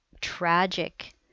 tragic